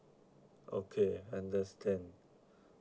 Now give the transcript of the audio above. okay understand